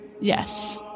yes